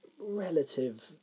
relative